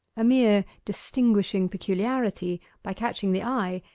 a mere distinguishing peculiarity, by catching the eye,